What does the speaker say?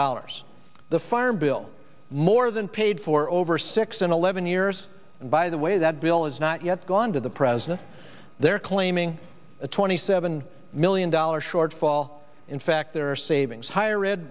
dollars the fire bill more than paid for over six and eleven years and by the way that bill has not yet gone to the president they're claiming a twenty seven million dollars shortfall in fact there are savings higher ed